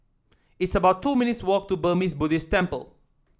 it's about two minutes' walk to Burmese Buddhist Temple